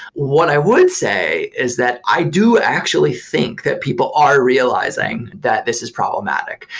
what i would say is that i do actually think that people are realizing that this is problematic.